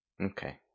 Okay